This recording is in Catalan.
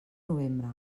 novembre